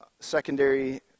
secondary